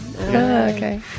okay